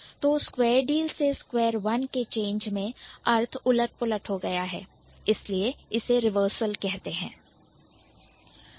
तो square deal से square one के चेंज मैं अर्थ उलट पुलट हो गया है इसलिए इसे रिवर्सल कहते हैं